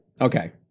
Okay